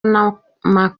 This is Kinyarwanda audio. n’amakoro